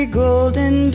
golden